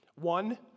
One